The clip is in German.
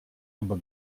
aber